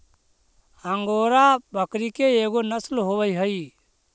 angora बकरी के एगो नसल होवऽ हई